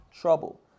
trouble